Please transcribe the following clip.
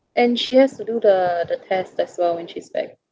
and she has to do the the test as well when she's back